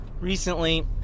recently